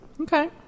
okay